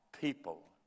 People